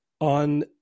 on